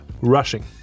rushing